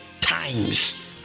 times